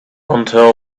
until